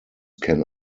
can